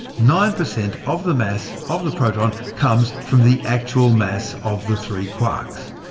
nine percent of the mass of the proton comes from the actual mass of the three quarks.